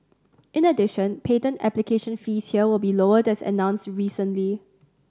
in addition patent application fees here will be lowered as announced recently